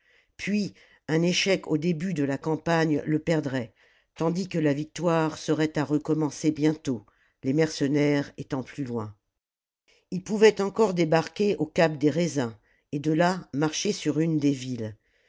puis un échec au début de la campagne le perdrait tandis que la victoire serait à recommencer bientôt les mercenaires étant plus loin ii pouvait encore débarquer au cap des raisins et de là marcher sur une des villes